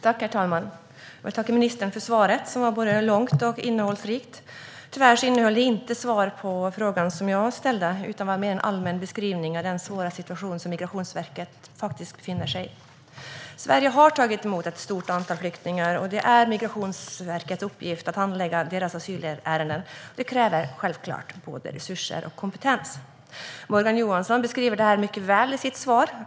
Herr talman! Jag tackar ministern för svaret, som var både långt och innehållsrikt. Tyvärr innehöll det inte svar på den fråga som jag ställde, utan det var mer en allmän beskrivning av den svåra situation som Migrationsverket befinner sig i. Sverige har tagit emot ett stort antal flyktingar, och det är Migrationsverkets uppgift att handlägga deras asylärenden. Detta kräver självklart både resurser och kompetens. Morgan Johansson beskriver detta mycket väl i sitt svar.